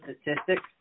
statistics